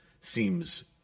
seems